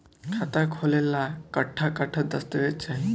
खाता खोले ला कट्ठा कट्ठा दस्तावेज चाहीं?